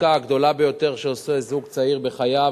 העסקה הגדולה ביותר שעושה זוג צעיר בחייו,